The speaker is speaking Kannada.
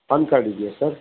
ಪ್ಯಾನ್ ಕಾರ್ಡ್ ಇದೆಯಾ ಸರ್